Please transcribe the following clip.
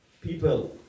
people